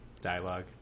dialogue